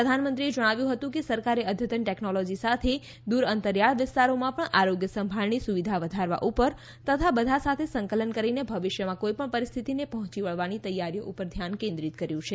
પ્રધાનમંત્રીએ જણાવ્યું હતું કે સરકારે અધતન ટેકનોલોજી સાથે દૂર અંતરિયાળ વિસ્તારોમાં પણ આરોગ્ય સંભાળની સુવિધા વધારવા ઉપર તથા બધા સાથે સંકલન કરીને ભવિષ્યમાં કોઈપણ પરિસ્થિતીને પહોંચી વળવાની તૈયારીઓ ઉપર ધ્યાન કેન્દ્રીત કર્યું છે